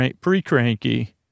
pre-cranky